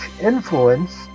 influence